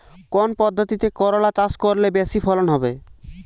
কোন পদ্ধতিতে করলা চাষ করলে বেশি ফলন হবে?